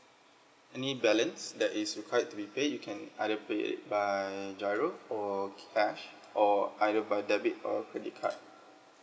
any balance that is required to be paid you can either pay by GIRO or cash or either by debit or credit card